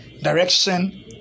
Direction